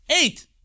eight